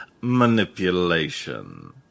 manipulation